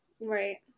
Right